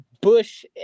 bush